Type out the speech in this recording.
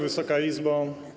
Wysoka Izbo!